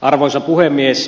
arvoisa puhemies